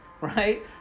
Right